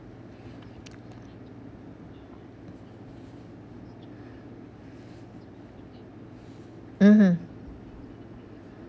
mmhmm